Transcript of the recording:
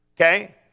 okay